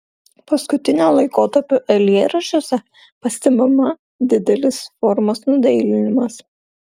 paskutinio laikotarpio eilėraščiuose pastebima didelis formos nudailinimas